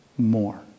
more